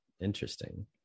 interesting